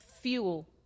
fuel